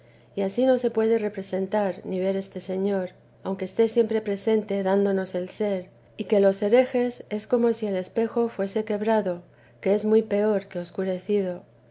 y ansí no se puede representar ni ver este señor aunque esté siempre presente dándonos el ser y que los herejes es como si el espejo fuese quebrado que es muy peor